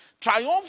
triumph